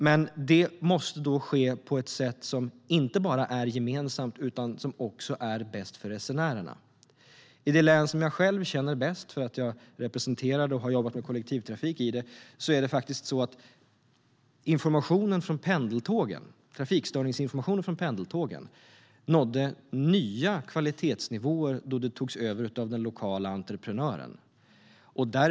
Men det måste ske på ett sätt som inte bara är gemensamt utan också bäst för resenärerna. I det län som jag känner bäst, eftersom jag representerar det och har jobbat med kollektivtrafik där, nådde trafikstörningsinformationen från pendeltågen nya kvalitetsnivåer då den lokala entreprenören tog över.